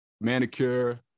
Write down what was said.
manicure